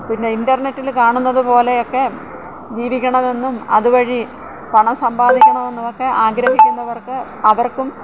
പിന്നെ ഇൻറ്റർനെറ്റിൽ കാണുന്നത് പോലെയൊക്കെ ജീവിക്കണമെന്നും അത് വഴി പണം സമ്പാദിക്കണം എന്നും ഒക്കെ ആഗ്രഹിക്കുന്നവർക്ക് അവർക്കും